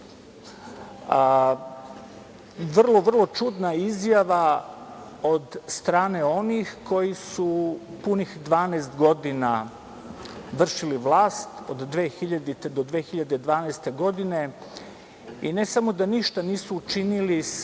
odluke. Vrlo čudna izjava od strane onih koji su punih 12 godina vršili vlast, od 2000. do 2012. godine, i ne samo da ništa nisu učinili sa